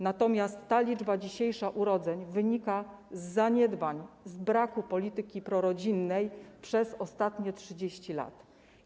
Natomiast ta dzisiejsza liczba urodzeń wynika z zaniedbań, z braku polityki prorodzinnej przez ostatnie 30 lat.